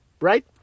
Right